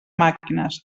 màquines